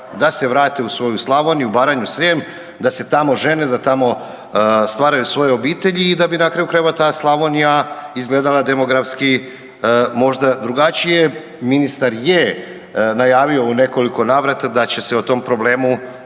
da se vrate u svoju Slavoniju, Baranju, Srijem da se tamo žene, da tamo stvaraju svoje obitelji i da bi na kraju krajeva ta Slavonija izgledala demografski možda drugačije. Ministar je najavio u nekoliko navrata da će se o tom problemu